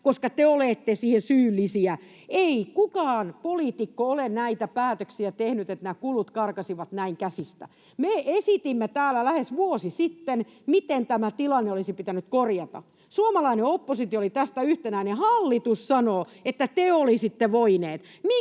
koska te olette siihen syyllisiä. Ei kukaan poliitikko ole näitä päätöksiä tehnyt, että nämä kulut karkasivat näin käsistä. Me esitimme täällä lähes vuosi sitten, miten tämä tilanne olisi pitänyt korjata. Suomalainen oppositio oli tässä yhtenäinen, ja hallitus sanoo, että ”te olisitte voineet”.